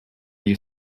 you